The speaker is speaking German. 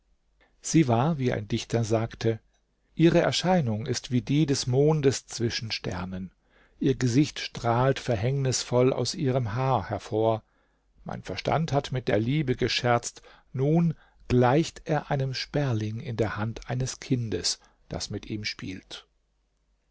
sie war wie ein dichter sagte ihre erscheinung ist wie die des mondes zwischen sternen ihr gesicht strahlt verhängnisvoll aus ihrem haar hervor mein verstand hat mit der liebe gescherzt und nun gleicht er einem sperling in der hand eines kindes das mit ihm spielt